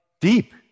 deep